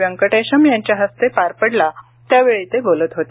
व्यंकटेशम यांच्या हस्ते पार पडला त्यावेळी ते बोलत होते